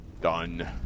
Done